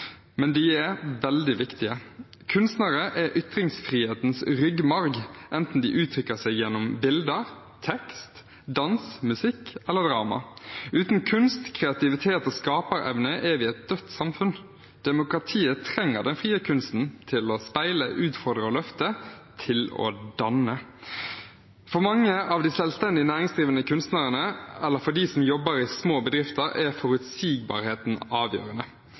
Men de er veldig viktige. Kunstnere er ytringsfrihetens ryggmarg, enten de uttrykker seg gjennom bilder, tekst, dans, musikk eller drama. Uten kunst, kreativitet og skaperevne er vi et dødt samfunn. Demokratiet trenger den frie kunsten til å speile, utfordre og løfte – til å danne. For mange av de selvstendig næringsdrivende kunstnerne, eller for dem som jobber i små bedrifter, er forutsigbarheten avgjørende.